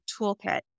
toolkit